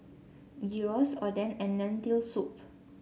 Gyros Oden and Lentil Soup